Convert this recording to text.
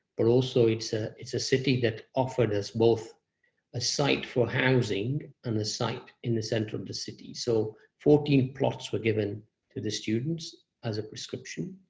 but also, it's a it's a city that offered us both a site for housing and a site in the center of the city, so fourteen plots were given to the students as a prescription.